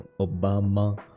Obama